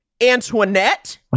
Antoinette